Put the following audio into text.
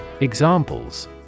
Examples